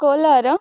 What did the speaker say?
Kolar